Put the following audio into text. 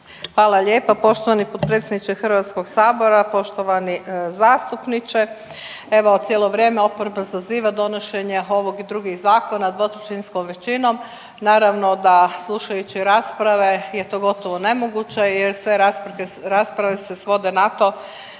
Hvala lijepa poštovani potpredsjedniče HS-a, poštovani zastupniče. Evo, cijelo vrijeme oporba zaziva donošenje ovog i drugih zakona dvotrećinskom većinom. Naravno da slušajući rasprave je to gotovo nemoguće jer sve rasprave se svode na to